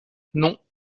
non